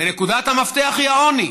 ונקודת המפתח היא העוני.